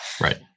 right